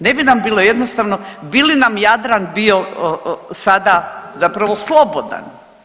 Ne bi nam bilo jednostavno bi li nam Jadran bio sada, zapravo slobodan.